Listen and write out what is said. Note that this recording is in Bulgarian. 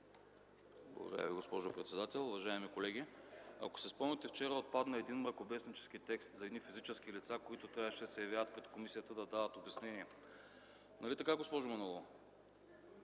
Благодаря Ви, госпожо председател. Уважаеми колеги, ако си спомняте, вчера отпадна един мракобеснически текст за едни физически лица, които трябваше да се явяват пред комисията, да дават обяснения. Нали така, госпожо Манолова?